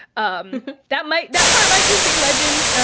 um that might that part might just be legend,